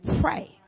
pray